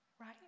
Right